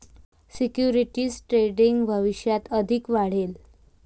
securities trading भविष्यात अधिक वाढेल